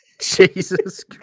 Jesus